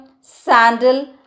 Sandal